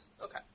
Okay